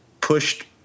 pushed